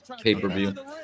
pay-per-view